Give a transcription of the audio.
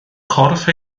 corff